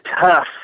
tough